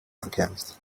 alchemist